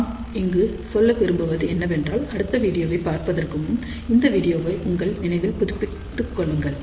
நான் இங்கு சொல்ல விரும்புவது என்னவென்றால் அடுத்த வீடியோவை பார்ப்பதற்கு முன் இந்த வீடியோவை உங்கள் நினைவில் புதுப்பித்துக் கொள்ளுங்கள்